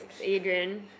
Adrian